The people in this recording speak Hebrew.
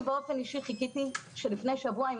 אני באופן אישי חיכיתי לפני שבוע עם